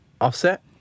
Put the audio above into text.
Offset